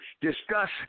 discuss